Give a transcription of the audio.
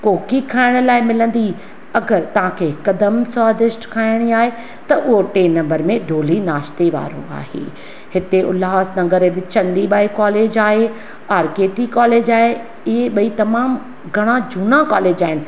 कोकी खाइण लाइ मिलंदी अगरि तव्हांखे क़दमु स्वादिष्ट खाइणी आहे त उहो टिएं नम्बर में डोली नाश्ते वारो आहे हिते उल्हासनगर में चन्दी बाई कॉलेज आहे ऑर के टी कॉलेज आहे इहे ॿई तमामु घणा झूना कॉलेज आहिनि